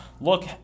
Look